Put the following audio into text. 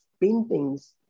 paintings